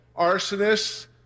arsonists